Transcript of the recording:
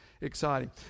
exciting